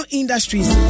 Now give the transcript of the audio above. industries